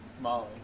Molly